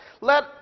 Let